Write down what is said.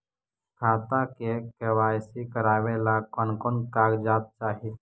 खाता के के.वाई.सी करावेला कौन कौन कागजात चाही?